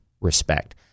respect